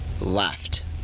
left